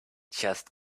just